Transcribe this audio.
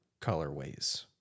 colorways